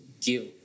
give